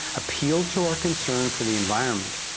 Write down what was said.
appealed to our concern for the environment,